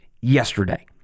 yesterday